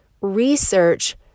research